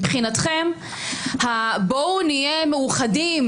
מבחינתכם ה-בואו נהיה מאוחדים,